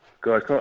Guys